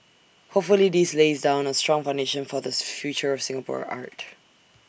hopefully this lays down A strong foundation for the future of Singapore art